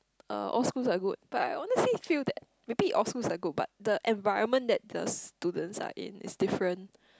uh all schools are good but I honestly feel that maybe all schools are good but the environment that the students are in is different